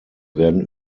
werden